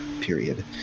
period